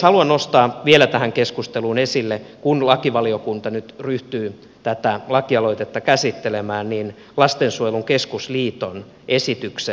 haluan nostaa vielä tähän keskusteluun esille kun lakivaliokunta nyt ryhtyy tätä lakialoitetta käsittelemään lastensuojelun keskusliiton esityksen